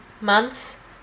months